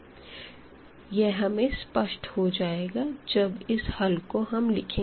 यह हमें स्पष्ट हो जायेगा जब इस हल को हम लिखेंगे